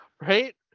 right